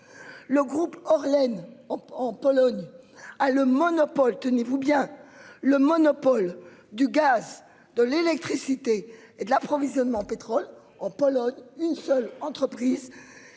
Le groupe or laine en Pologne a le monopole, tenez-vous bien, le monopole du gaz, de l'électricité et de l'approvisionnement en pétrole en Pologne une seule entreprise.